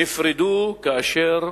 נפרדו כאשר